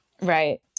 Right